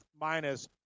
minus